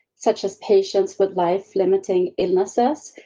such as patients with life limiting illnesses. ah,